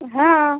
हा